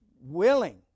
willing